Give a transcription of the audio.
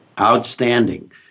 Outstanding